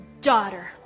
Daughter